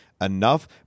enough